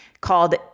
called